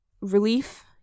relief